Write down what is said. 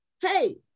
Hey